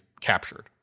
captured